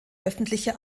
öffentliche